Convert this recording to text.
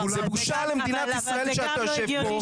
זו בושה למדינת ישראל שאתה יושב פה,